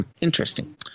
Interesting